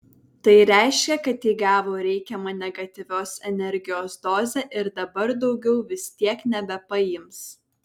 tai reiškia kad ji gavo reikiamą negatyvios energijos dozę ir dabar daugiau vis tiek nebepaims